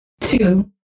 two